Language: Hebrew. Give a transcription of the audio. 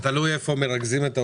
תלוי איפה מרכזים את העולים.